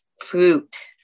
Fruit